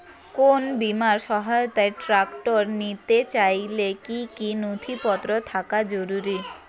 কোন বিমার সহায়তায় ট্রাক্টর নিতে চাইলে কী কী নথিপত্র থাকা জরুরি?